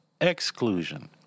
exclusion